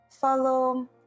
follow